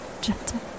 gentle